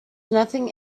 nothing